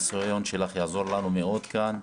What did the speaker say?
הניסיון שלך יעזור לנו מאוד כאן.